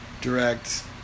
direct